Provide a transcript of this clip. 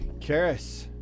Karis